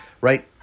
Right